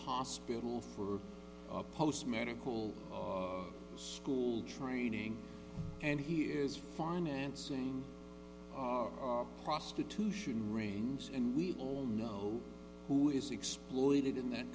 hospital for a post medical school training and he is financing prostitution rings and we all know who is exploited in that